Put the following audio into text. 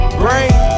brain